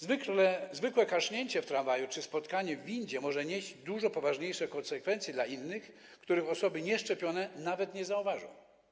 Zwykłe kaszlnięcie w tramwaju czy spotkanie w windzie może nieść dużo poważniejsze konsekwencje dla innych, których osoby nieszczepione nawet nie zauważą.